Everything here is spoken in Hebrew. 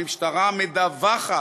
המשטרה מדווחת